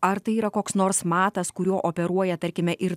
ar tai yra koks nors matas kuriuo operuoja tarkime ir